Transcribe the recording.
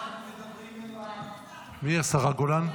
השרה גולן?